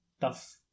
tough